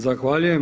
Zahvaljujem.